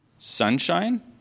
Sunshine